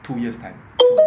two years' time